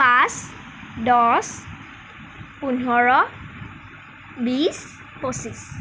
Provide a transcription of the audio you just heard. পাঁচ দহ পোন্ধৰ বিছ পঁচিছ